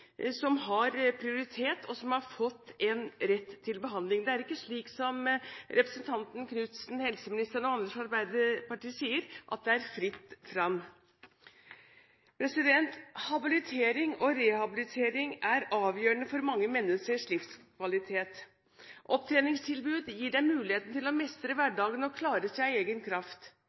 som har prioritet og som har fått en rett til behandling. Det er ikke slik som representanten Knutsen, helseministeren og andre fra Arbeiderpartiet sier, at det er fritt fram. Habilitering og rehabilitering er avgjørende for mange menneskers livskvalitet. Opptreningstilbud gir dem muligheten til å mestre hverdagen og klare seg av egen kraft.